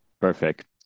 Perfect